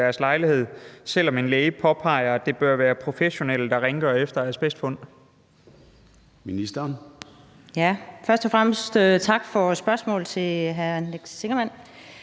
deres lejlighed, selv om en læge påpeger, at det bør være professionelle, der rengør efter asbestfund?